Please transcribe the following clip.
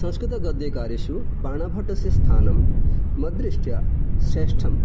संस्कृतगद्येकारेषु बाणभट्टस्य स्थानं मद्दृ ष्ट्या श्रेष्ठं